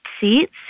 seats